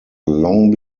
long